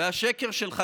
והשקר שלך,